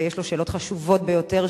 ויש לו שאלות חשובות ביותר,